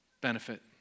benefit